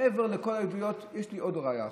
מעבר לכל העדויות יש לי עוד ראיה אחת: